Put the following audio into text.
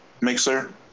Mixer